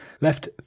left